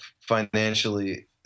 financially